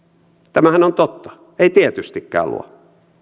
tämähän on totta ei tietystikään luo